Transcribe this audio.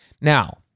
Now